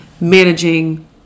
managing